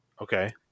Okay